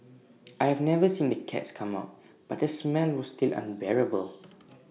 I have never seen the cats come out but the smell was still unbearable